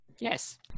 Yes